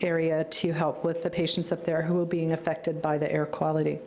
area to help with the patients up there who were being affected by the air quality